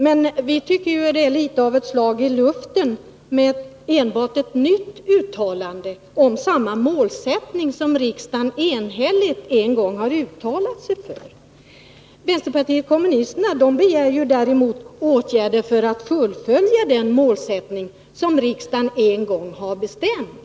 Men vi tycker att det är litet av ett slag i luften med enbart ett nytt uttalande om samma målsättning som riksdagen en gång enhälligt har ställt sig bakom. Vänsterpartiet kommunisterna begär i stället åtgärder för att man skall kunna förverkliga däri uppsatta mål.